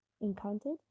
encountered